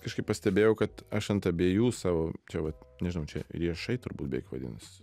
kažkaip pastebėjau kad aš ant abiejų savo čia vat nežinau čia riešai turbūt beveik vadinas